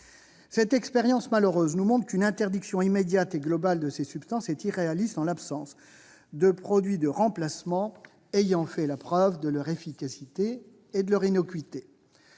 Cette expérience malheureuse nous montre qu'une interdiction immédiate et globale de ces substances est irréaliste en l'absence de produits de remplacement ayant fait la preuve de leur efficacité et de leur innocuité.